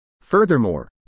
Furthermore